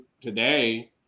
today